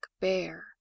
bear